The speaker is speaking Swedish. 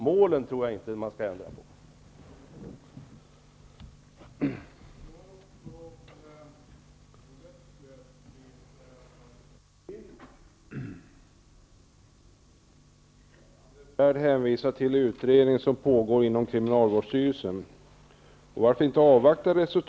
Men jag tror inte att man skall ändra på målen.